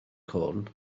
corn